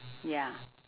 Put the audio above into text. ya